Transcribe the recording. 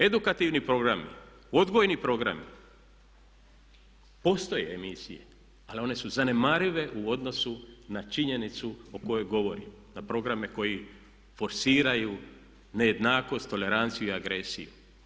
Edukativni programi, odgojni programi postoje emisije, ali one su zanemarive u odnosu na činjenicu o kojoj govorimo, na programe koji forsiraju nejednakost, toleranciju i agresiju.